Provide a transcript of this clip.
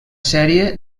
sèrie